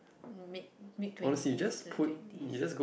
mid mid twenty late twenty